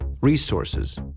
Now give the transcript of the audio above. resources